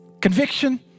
conviction